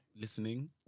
listening